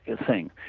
ah thing.